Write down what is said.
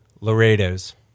Laredo's